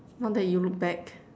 now that you look back